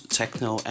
techno